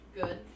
Good